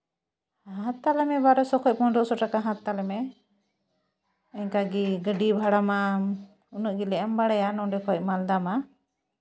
ᱦᱟᱛᱟᱣ ᱛᱟᱞᱮ ᱢᱮ ᱵᱟᱨᱚ ᱥᱚ ᱠᱷᱚᱡ ᱯᱚᱱᱨᱚ ᱥᱚ ᱴᱟᱠᱟ ᱦᱟᱛᱟᱣ ᱛᱟᱞᱮ ᱢᱮ ᱤᱱᱠᱟᱹᱜᱮ ᱜᱟᱹᱰᱤ ᱵᱷᱟᱲᱟ ᱢᱟ ᱩᱱᱟᱹᱜ ᱜᱮᱞᱮ ᱮᱢ ᱵᱟᱲᱟᱭᱟ ᱱᱚᱸᱰᱮ ᱠᱷᱚᱡ ᱢᱟᱞᱫᱟ ᱢᱟ